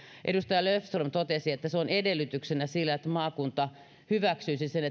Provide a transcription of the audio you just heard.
edustaja löfström totesi että se että tulisi vielä tämä nolla pilkku neljäkymmentäseitsemän on edellytyksenä sille että maakunta hyväksyisi sen